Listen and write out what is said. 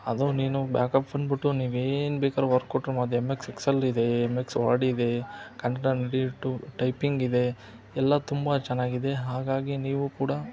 ಅದು ನೀನು ಬ್ಯಾಕಫ್ ಬಂದ್ಬಿಟ್ಟು ನೀವು ಏನು ಬೇಕಾದ್ರು ವರ್ಕ್ ಕೊಟ್ರು ಅದು ಎಂ ಎಕ್ಸ್ ಎಕ್ಸಲ್ಲಿದೆ ಎಂ ಎಕ್ಸ್ ವರ್ಡಿದೆ ಕನ್ನಡ ನುಡಿ ಟು ಟೈಪಿಂಗ್ ಇದೆ ಎಲ್ಲ ತುಂಬ ಚೆನ್ನಾಗಿದೆ ಹಾಗಾಗಿ ನೀವೂ ಕೂಡ